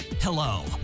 Hello